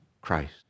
Christ